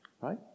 Right